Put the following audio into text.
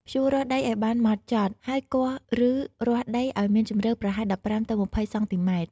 ភ្ជួររាស់ដីឱ្យបានហ្មត់ចត់ ហើយគាស់ឬរាស់ដីឱ្យមានជម្រៅប្រហែល ១៥ ទៅ ២០ សង់ទីម៉ែត្រ។